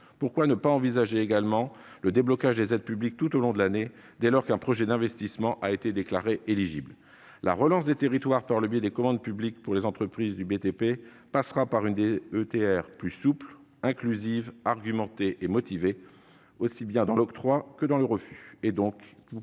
Pourquoi ne pas envisager également le déblocage des aides publiques tout au long de l'année, dès lors qu'un projet d'investissement a été déclaré éligible ? La relance des territoires par le biais des commandes publiques aux entreprises du BTP passera par une DETR plus souple, inclusive, argumentée et motivée, aussi bien lors de l'octroi que lors du refus,